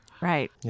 Right